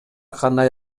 кандай